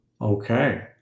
Okay